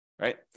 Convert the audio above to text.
right